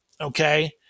Okay